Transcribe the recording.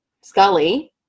Scully